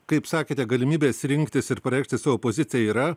kaip sakėte galimybės rinktis ir pareikšti savo poziciją yra